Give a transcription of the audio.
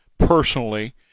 Personally